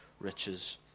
riches